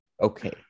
Okay